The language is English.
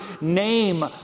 name